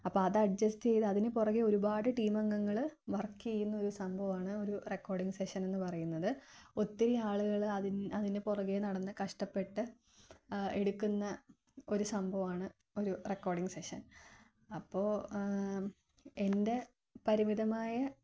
അപ്പോള് അത് അഡ്ജസ്റ്റ് ചെയ്ത് അതിന് പുറകേ ഒരുപാട് ടീമംഗങ്ങള് വർക്കെയ്യുന്നൊരു സംഭവമാണ് ഒരു റെക്കോർഡിങ് സെഷൻ എന്ന് പറയുന്നത് ഒത്തിരി ആളുകള് അതിന് പുറകേ നടന്ന് കഷ്ടപ്പെട്ട് എടുക്കുന്ന ഒരു സംഭവമാണ് ഒരു റെക്കോർഡിങ് സെഷൻ അപ്പോള് എൻ്റെ പരിമിതമായ